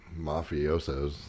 mafiosos